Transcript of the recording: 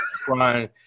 crying